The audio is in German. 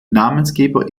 namensgeber